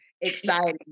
exciting